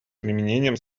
применением